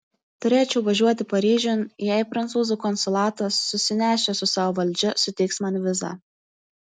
turėčiau važiuoti paryžiun jei prancūzų konsulatas susinešęs su savo valdžia suteiks man vizą